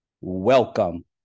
Welcome